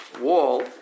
wall